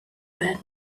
bed